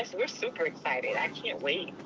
we're super excited. i can't wait.